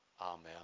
Amen